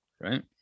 Right